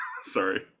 Sorry